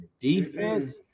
defense